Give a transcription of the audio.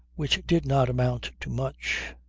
which did not amount to much.